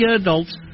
adults